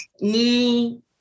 new